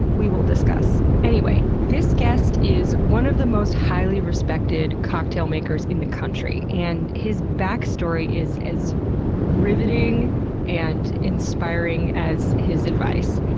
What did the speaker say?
we will discuss. anyway, this guest is one of the most highly respected cocktail makers in the country. and his backstory is as riveting and inspiring as his advice.